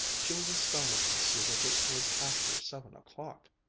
she was astonished to see that it was after seven o'clock.